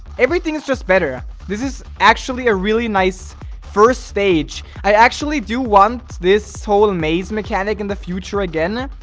everything is just better this is actually a really nice first stage i actually do want this whole maze mechanic in the future again.